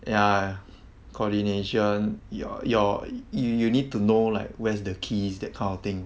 ya coordination you're you're you you need to know like where's the keys that kind of thing